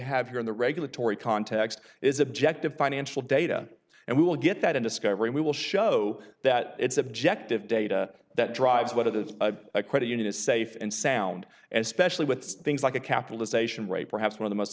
have here in the regulatory context is objective financial data and we will get that in discovery we will show that it's objective data that drives what it is a credit unit is safe and sound and specially with things like a capitalization right perhaps where the most